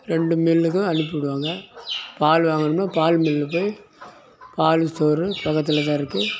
ரெண்டு மில்லுக்கும் அனுப்பிவிடுவாங்க பால் வாங்கணுன்னா பால் மில் போய் பாலு ஸ்டோரு பக்கத்தில் தான் இருக்கு